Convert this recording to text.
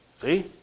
See